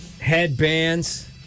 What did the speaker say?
Headbands